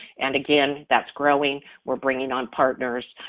and again that's growing, we're bringing on partners.